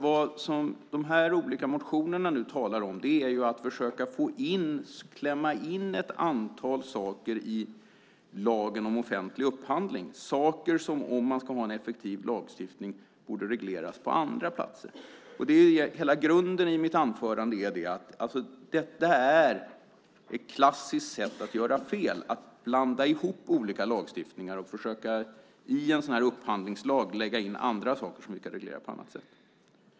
Vad de olika motionerna talar om är att försöka klämma in ett antal saker i lagen om offentlig upphandling. Det är saker som om man ska ha en effektiv lagstiftning borde regleras på andra platser. Hela grunden i mitt anförande är att detta är ett klassiskt sätt att göra fel, att blanda ihop olika lagstiftningar och i en sådan här upphandlingslag försöka lägga in andra saker som ska regleras på andra sätt.